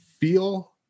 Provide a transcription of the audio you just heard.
feel